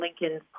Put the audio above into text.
Lincoln